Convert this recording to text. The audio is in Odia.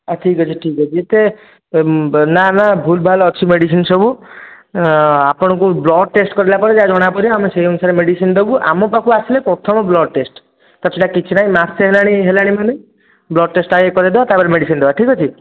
ହଁ ଠିକ୍ ଅଛି ଠିକ୍ ଅଛି ଯେତେ ନା ନା ଭୁଲ୍ ଭାଲ୍ ଅଛି ମେଡ଼ିସିନ୍ ସବୁ ଆପଣଙ୍କୁ ବ୍ଲଡ଼୍ ଟେଷ୍ଟ୍ କରିଲା ପରେ ଯାହା ଜଣାପଡ଼ିବ ଆମେ ସେହି ଅନୁସାରେ ମେଡ଼ିସିନ୍ ଦେବୁ ଆମ ପାଖକୁ ଆସିଲେ ପ୍ରଥମ ବ୍ଲଡ଼୍ ଟେଷ୍ଟ୍ ତା'ଛଡା କିଛି ନାହିଁ ମାସେ ହେଲା ହେଲାଣି ମାନେ ବ୍ଲଡ଼୍ ଟେଷ୍ଟ୍ଟା ଆଗେ କରାଇଦେବା ତା'ପରେ ମେଡ଼ିସିନ୍ ଦେବା ଠିକ୍ ଅଛି